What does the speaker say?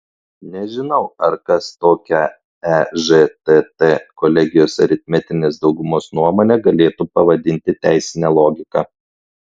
nežinau ar kas tokią ežtt kolegijos aritmetinės daugumos nuomonę galėtų pavadinti teisine logika